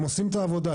הם עושים את העבודה,